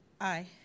Aye